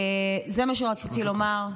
זה מה שרציתי לומר.